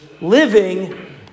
living